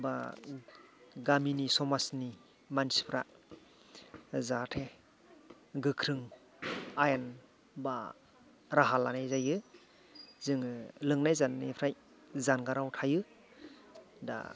बा गामिनि समाजनि मानसिफ्रा जाहाथे गोख्रों आयेन बा राहा लानाय जायो जोङो लोंनाय जानायनिफ्राय जानगाराव थायो दा